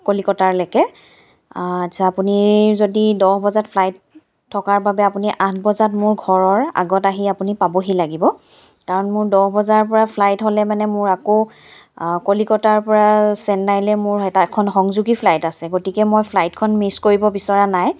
কলিকতালৈকে আচ্ছা আপুনি যদি দহ বজাত ফ্লাইট থকাৰ বাবে আপুনি আঠ বজাত মোৰ ঘৰৰ আগত আহি আপুনি পাবহি লাগিব কাৰণ মোৰ দহ বজাৰ পৰা মানে ফ্লাইট হ'লে মানে মোৰ আকৌ কলিকতাৰ পৰা চেন্নাইলৈ মোৰ এটা এখন সংযোগী ফ্লাইট আছে গতিকে মই ফ্লাইটখন মিছ কৰিব বিচৰা নাই